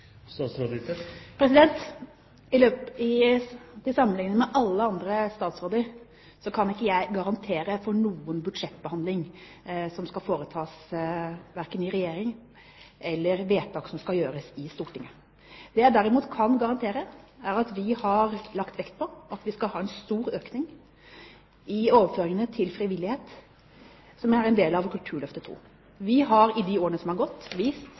alle andre statsråder kan ikke jeg garantere for noen budsjettbehandling som skal foretas, verken i regjering eller i Stortinget. Det jeg derimot kan garantere, er at vi har lagt vekt på at vi skal ha en stor økning i overføringene til frivillighet, som en del av Kulturløftet II. Vi har i de årene som er gått, vist